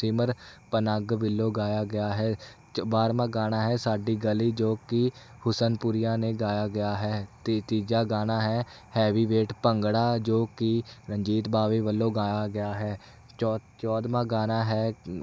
ਸਿਮਰ ਪਨੱਗ ਵੱਲੋਂ ਗਾਇਆ ਗਿਆ ਹੈ ਜ ਬਾਰ੍ਹਵਾਂ ਗਾਣਾ ਹੈ ਸਾਡੀ ਗਲੀ ਜੋ ਕਿ ਹੁਸਨਪੁਰੀਆ ਨੇ ਗਾਇਆ ਗਿਆ ਹੈ ਅਤੇ ਤੀਜਾ ਗਾਣਾ ਹੈ ਹੈਵੀ ਵੇਟ ਭੰਗੜਾ ਜੋ ਕਿ ਰਣਜੀਤ ਬਾਵੇ ਵੱਲੋਂ ਗਾਇਆ ਗਿਆ ਹੈ ਚੋ ਚੌਦ੍ਹਵਾਂ ਗਾਣਾ ਹੈ